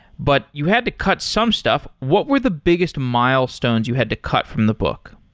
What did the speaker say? but you had to cut some stuff. what were the biggest milestones you had to cut from the book?